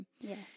Yes